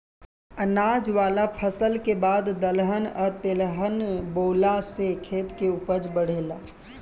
अनाज वाला फसल के बाद दलहन आ तेलहन बोआला से खेत के ऊपज बढ़ेला